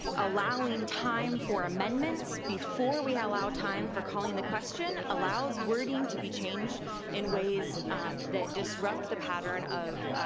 allowing time for amendments before we allow time for calling the question allows wording to be changed in ways that disrupt the pattern of